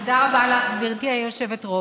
תודה רבה לך, גברתי היושבת-ראש.